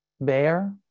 bear